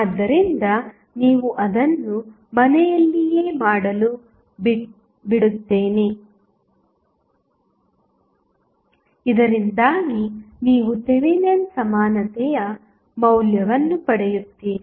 ಆದ್ದರಿಂದ ನೀವು ಅದನ್ನು ಮನೆಯಲ್ಲಿಯೇ ಮಾಡಲು ಬಿಡುತ್ತೇನೆ ಇದರಿಂದಾಗಿ ನೀವು ಥೆವೆನಿನ್ ಸಮಾನತೆಯ ಮೌಲ್ಯವನ್ನು ಪಡೆಯುತ್ತೀರಿ